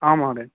आं महोदय